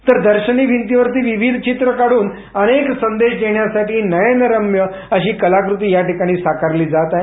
तर दर्शनी भिंतीवर विविध चित्र काढून अनेक संदेश देण्यासाठी नयनरम्य अशी कलाकृती या ठिकाणी साकारली जात आहे